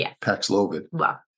Paxlovid